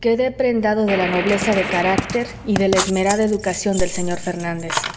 quedé prendado de la nobleza de carácter y de la esmerada educación del señor fernández